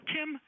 Kim